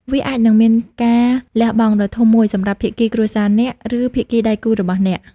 វាអាចនឹងមានការលះបង់ដ៏ធំមួយសម្រាប់ភាគីគ្រួសារអ្នក ឬភាគីដៃគូរបស់អ្នក។